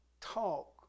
talk